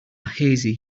hazy